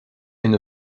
une